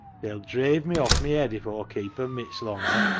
they'll dreive me off mi yed if aw keep em mitch longer.